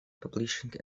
publishing